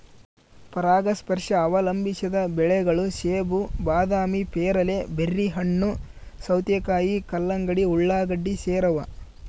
ಪರಾಗಸ್ಪರ್ಶ ಅವಲಂಬಿಸಿದ ಬೆಳೆಗಳು ಸೇಬು ಬಾದಾಮಿ ಪೇರಲೆ ಬೆರ್ರಿಹಣ್ಣು ಸೌತೆಕಾಯಿ ಕಲ್ಲಂಗಡಿ ಉಳ್ಳಾಗಡ್ಡಿ ಸೇರವ